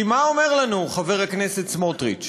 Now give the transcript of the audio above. כי מה אומר לנו חבר הכנסת סמוטריץ?